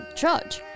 judge